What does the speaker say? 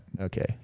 Okay